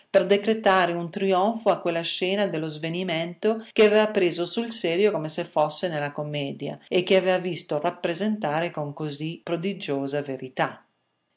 per decretare un trionfo a quella scena dello svenimento che aveva preso sul serio come se fosse nella commedia e che aveva visto rappresentare con così prodigiosa verità